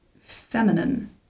feminine